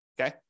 okay